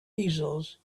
easels